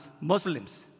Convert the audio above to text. Muslims